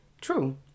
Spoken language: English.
true